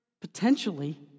potentially